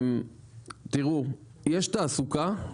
תראו, יש תעסוקה,